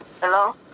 Hello